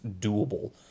doable